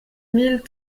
mille